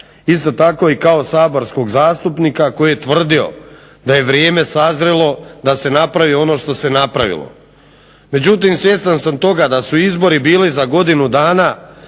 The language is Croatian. isto tako kao i saborskog zastupnika koji je tvrdio da je vrijeme sazrjelo da se napravi ono što se napravilo. Međutim svjestan sam toga da su izbori bili za godinu dana